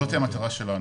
זו המטרה שלנו.